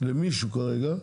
למישהו כרגע,